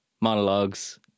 monologues